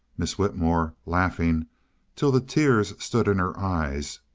miss whitmore, laughing till the tears stood in her eyes,